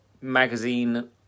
magazine